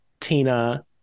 tina